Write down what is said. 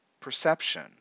perception